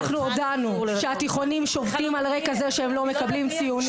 אנחנו הודענו שהתיכונים שובתים על רקע זה שהם לא מקבלים ציונים.